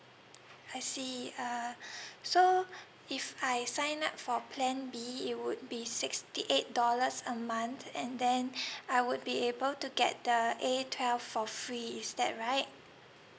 I see uh so if I sign up for plan B it would be sixty eight dollars a month and then I would be able to get the A twelve for free is that right